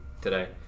today